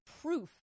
proof